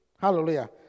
Hallelujah